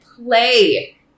Play